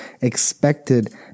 expected